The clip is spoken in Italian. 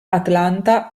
atlanta